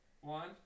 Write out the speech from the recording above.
One